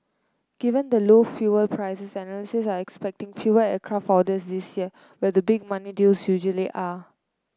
given the low fuel prices analysts are expecting fewer aircraft orders this year where the big money deals usually are